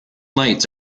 lights